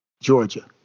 Georgia